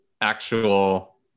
actual